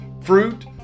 fruit